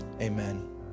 amen